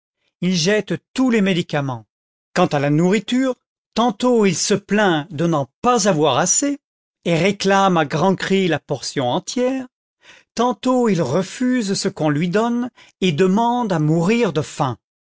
il jette tous les médicaments quant à la nourriture tantôt il se plaint de n'en pas avoir assez et réclame à grands cris la portion entière tantôt il refuse ce qu'on lui donne et demande à mourir de faim